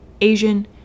asian